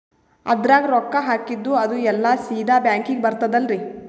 ಅದ್ರಗ ರೊಕ್ಕ ಹಾಕಿದ್ದು ಅದು ಎಲ್ಲಾ ಸೀದಾ ಬ್ಯಾಂಕಿಗಿ ಬರ್ತದಲ್ರಿ?